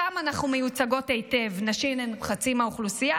שם אנחנו מיוצגות היטב: נשים הן חצי מהאוכלוסייה,